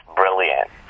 brilliant